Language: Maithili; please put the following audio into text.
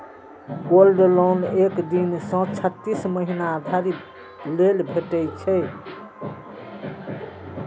गोल्ड लोन एक दिन सं छत्तीस महीना धरि लेल भेटै छै